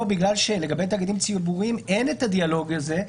פה בגלל שלגבי תאגידים ציבוריים אין הדיאלוג הזה,